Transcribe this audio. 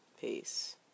Peace